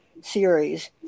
series